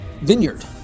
Vineyard